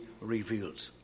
revealed